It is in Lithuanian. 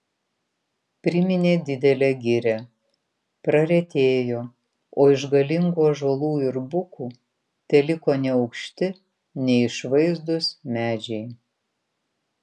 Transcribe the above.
priminė didelę girią praretėjo o iš galingų ąžuolų ir bukų teliko neaukšti neišvaizdūs medžiai